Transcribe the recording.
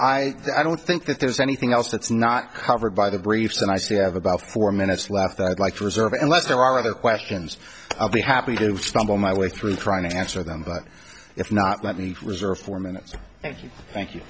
i i don't think that there's anything else that's not covered by the briefs and i said i have about four minutes left i'd like to reserve unless there are other questions i'll be happy to stumble my way through trying to answer them but if not let me reserve four minutes thank you